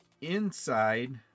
inside